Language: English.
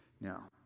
Now